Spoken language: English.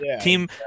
team